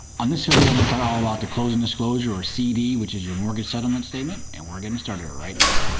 on this video i'm gonna talk all about the closing disclosure or cd, which is your mortgage settlement statement and we're getting started right now.